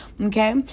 okay